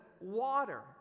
water